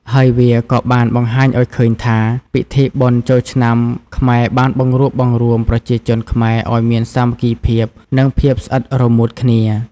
ហើយវាក៏បានបង្ហាញឱ្យឃើញថា ពិធីបុណ្យចូលឆ្នាំខ្មែរបានបង្រួបបង្រួមប្រជាជនខ្មែរឲ្យមានសាមគ្គីភាព និងភាពស្អិតរមួតគ្នា។